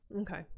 Okay